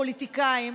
פוליטיקאים,